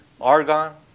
Argon